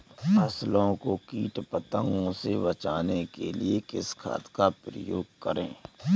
फसलों को कीट पतंगों से बचाने के लिए किस खाद का प्रयोग करें?